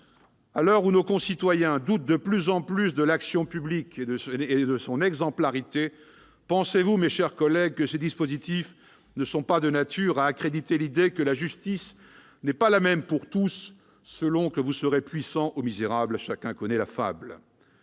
À l'heure où nos concitoyens doutent de plus en plus de l'action publique et de son exemplarité, ne pensez-vous pas, mes chers collègues, que ces dispositifs sont de nature à accréditer l'idée que la justice n'est pas la même pour tous ? Selon que vous serez puissant ou misérable, disait le fabuliste